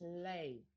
play